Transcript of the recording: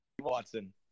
Watson